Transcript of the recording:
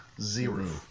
zero